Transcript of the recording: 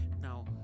Now